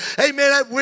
Amen